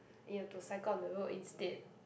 you have to cycle on the road instead